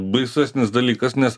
baisesnis dalykas nes